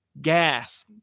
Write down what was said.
gas